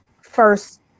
first